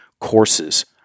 courses